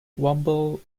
womble